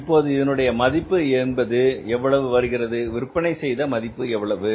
இப்போது இதனுடைய மதிப்பு என்பது எவ்வளவு வருகிறது விற்பனை செய்த மதிப்பு எவ்வளவு